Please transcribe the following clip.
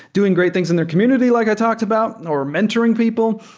doing great things in their community like i talked about, and or mentoring people.